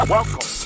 Welcome